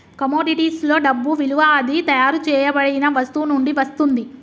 కమోడిటీస్లో డబ్బు విలువ అది తయారు చేయబడిన వస్తువు నుండి వస్తుంది